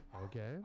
Okay